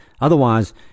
Otherwise